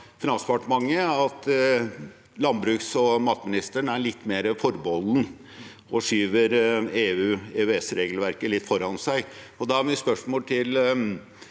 Finansdepartementet at landbruks- og matministeren er litt mer forbeholden og skyver EU/EØS-regelverket litt foran seg. Da er mitt spørsmål til